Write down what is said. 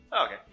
Okay